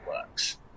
works